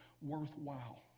worthwhile